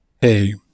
hey